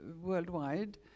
worldwide